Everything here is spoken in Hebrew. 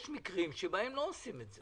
יש מקרים שבהם לא עושים את זה.